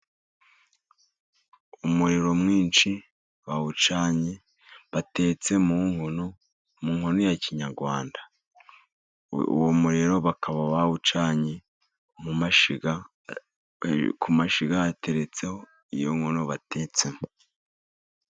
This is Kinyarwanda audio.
Umuriro mwinshi bawucanye, batetse mu nkono, mu nkono ya kinyarwanda. Uwo muriro bakaba bawucanye ku mashyiga, hateretseho iyo nkono batetsemo.